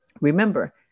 Remember